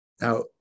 Now